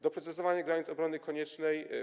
Doprecyzowanie granic obrony koniecznej.